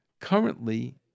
Currently